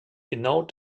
genau